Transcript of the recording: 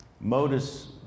Modus